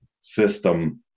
system